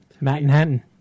Manhattan